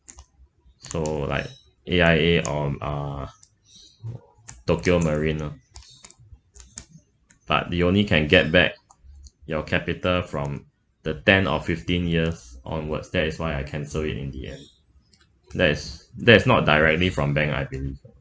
so like A_I_A on uh tokio marine lah but you only can get back your capital from the tenth or fifteenth years onwards that's why I cancel it in the end that is that is not directly from bank I believe